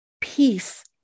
peace